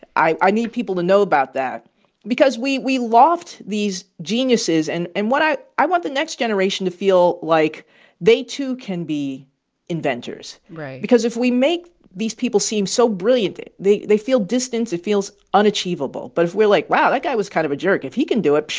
i i need people to know about that because we we loft these geniuses. and and what i i want the next generation to feel like they, too, can be inventors right because if we make these people seem so brilliant, they they feel distant it feels unachievable. but if we're like wow, that guy was kind of a jerk. if he can do it,